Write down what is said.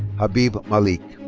habib malik.